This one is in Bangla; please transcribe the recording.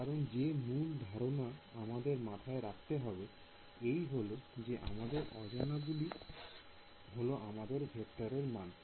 কিন্তু যে মূল ধারণা আমাদের মাথায় রাখতে হবে এই হল যে আমাদের অজানা গলি হলো আমাদের ভেক্টরের মান